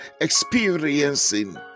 experiencing